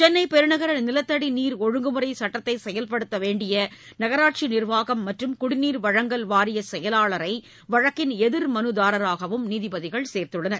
சென்னை பெருநகர நிலத்தடி நீர் ஒழுங்குமுறை சட்டத்தை செயல்படுத்த வேண்டிய நகராட்சி நிர்வாகம் மற்றும் குடிநீர் வழங்கல் வாரிய செயலாளரை வழக்கின் எதிர் மனுதாரராக நீதிபதிகள் சேர்த்தனர்